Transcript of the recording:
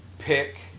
Pick